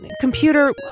computer